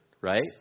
Right